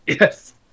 Yes